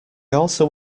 also